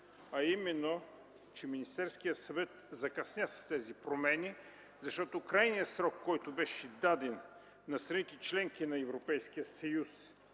забележка – че Министерският съвет закъсня с тези промени, защото крайният срок, който беше даден на страните-членки на Европейския съюз